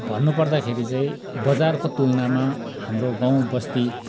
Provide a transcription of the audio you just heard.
भन्नु पर्दाखेरि चाहिँ बजारको तुलनामा हाम्रो गाँउ बस्ती